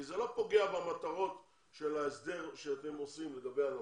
כי זה לא פוגע במטרות של ההסדר שאתם עושים לגבי הנמל.